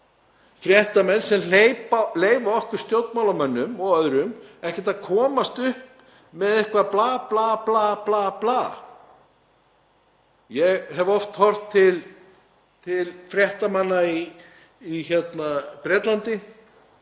fréttamenn sem leyfa okkur stjórnmálamönnum og öðrum ekkert að komast upp með eitthvert bla, bla, bla. Ég hef oft horft til fréttamanna í Bretlandi